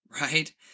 right